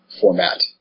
format